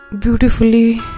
beautifully